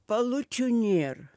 palučių nėr